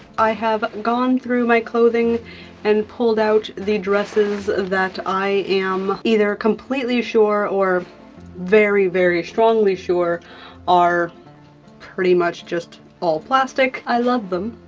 i have gone through my clothing and pulled out the dresses that i am either completely sure or very, very strongly sure are pretty much just all plastic. i love them,